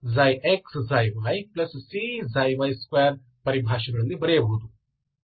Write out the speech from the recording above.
Ax2 Bξx ξyCξy2 ಪರಿಭಾಷೆಯಲ್ಲಿ ಬರೆಯಬಹುದು